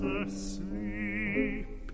asleep